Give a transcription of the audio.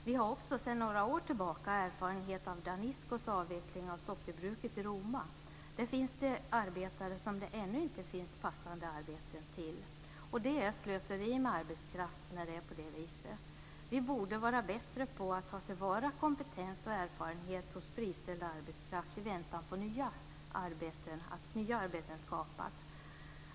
Vi har också sedan några år tillbaka erfarenhet av Daniscos avveckling av sockerbruket i Roma. Där finns det arbetare som det ännu inte finns passande arbeten till. Det är slöseri med arbetskraft när det är på det viset. Vi borde vara bättre på att ta till vara kompetens och erfarenhet hos friställd arbetskraft i väntan på att nya arbeten skapas.